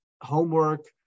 homework